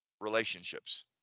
relationships